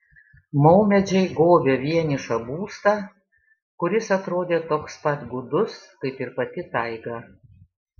maumedžiai gobė vienišą būstą kuris atrodė toks pat gūdus kaip ir pati taiga